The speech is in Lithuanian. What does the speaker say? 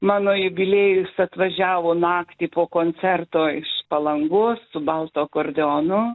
mano jubiliejus atvažiavo naktį po koncerto iš palangos su baltu akordeonu